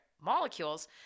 molecules